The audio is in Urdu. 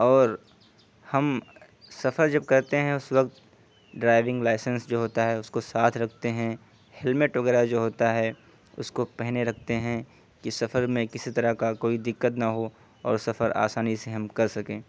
اور ہم سفر جب کرتے ہیں اس وقت ڈرائیونگ لائسنس جو ہوتا ہے اس کو ساتھ رکھتے ہیں ہیلمیٹ وغیرہ جو ہوتا ہے اس کو پہنے رکھتے ہیں کہ سفر میں کسی طرح کا کوئی دقت نہ ہو اور سفر آسانی سے ہم کر سکیں